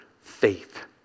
faith